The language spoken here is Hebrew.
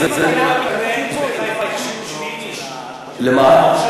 אני מכיר מקרה שבחיפה הכשירו 70 איש, לְמה?